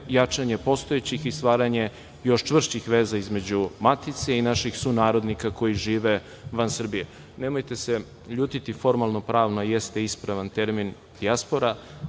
jačanje postojećih i stvaranje još čvršćih veza između matice i naših sunarodnika koji žive van Srbije. Nemojte se ljutiti, formalno pravno jeste ispravan termin dijaspora,